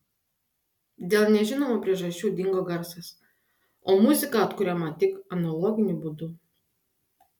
dėl nežinomų priežasčių dingo garsas o muzika atkuriama tik analoginiu būdu